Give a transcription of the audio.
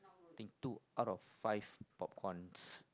think two out of five popcorns